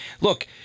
look